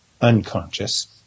unconscious